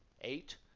Eight